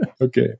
Okay